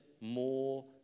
more